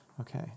Okay